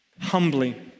Humbly